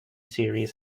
series